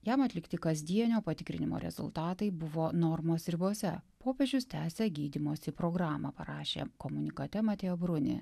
jam atlikti kasdienio patikrinimo rezultatai buvo normos ribose popiežius tęsia gydymosi programą parašė komunikate matėo bruni